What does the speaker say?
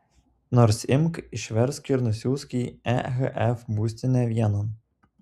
nors imk išversk ir nusiųsk į ehf būstinę vienon